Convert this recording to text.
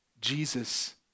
Jesus